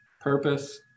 purpose